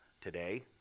today